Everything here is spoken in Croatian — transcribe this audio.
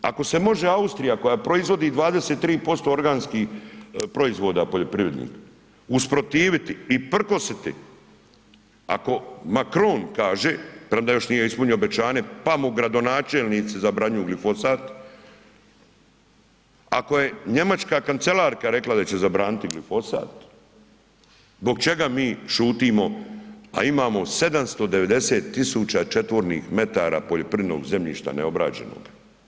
Ako se može Austrija koja proizvodi 23% organskih proizvoda poljoprivrednih usprotiviti i prkositi, ako Macron kaže, premda još nije ispunio obećanje, pa mu gradonačelnici zabranjuju glifosat, ako je njemačka kancelarka rekla da će zabraniti glifosat, zbog čega mi šutimo, a imamo 790 000 četvornih metara poljoprivrednog zemljišta neobrađenog.